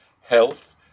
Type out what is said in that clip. health